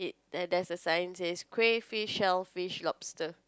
then there's the sign say cray fish shell fish lobster